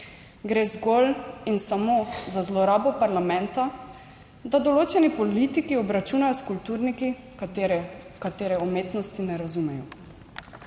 Gre zgolj in samo za zlorabo parlamenta, da določeni politiki obračunajo s kulturniki, katere, katere umetnosti ne razumejo.